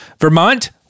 Vermont